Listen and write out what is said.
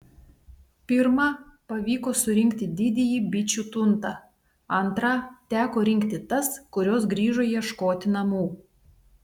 pirmą pavyko surinkti didįjį bičių tuntą antrą teko rinkti tas kurios grįžo ieškoti namų